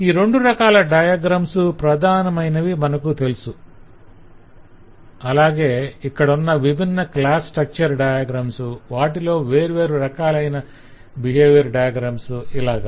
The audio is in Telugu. ఈ రెండు రకాల డయాగ్రమ్స్ ప్రధానమైనవని మనకు తెలుసు అలాగే ఇక్కడున్న విభిన్న క్లాస్ స్ట్రక్చర్ డయాగ్రమ్స్ వాటిలో వేర్వేరు రకాలైన బిహేవియర్ డయాగ్రమ్స్ ఇలాగ